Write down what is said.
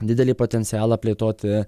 didelį potencialą plėtoti